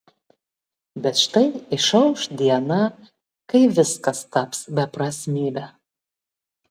bet štai išauš diena kai viskas taps beprasmybe